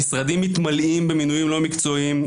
המשרדים מתמלאים במינויים לא מקצועיים,